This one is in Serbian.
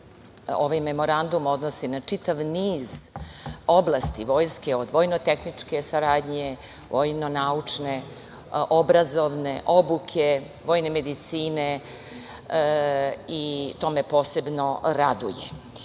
ovaj memorandum odnosi na čitav niz oblasti vojske, od vojnotehničke saradnje, vojno-naučne, obrazovne, obuke, vojne medicine i to me posebno raduje.